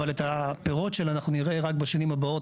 אבל את הפירות של זה אנחנו נראה רק בשנים הבאות,